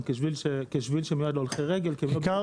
כשביל שמיועד להולכי רגל כי הם לא בתוך שביל.